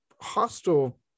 hostile